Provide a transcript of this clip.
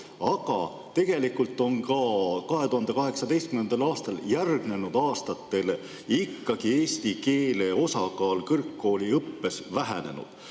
Aga tegelikult on ka 2018. aastale järgnenud aastatel ikkagi eesti keele osakaal kõrgkooliõppes vähenenud.